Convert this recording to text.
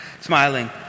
smiling